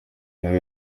nawe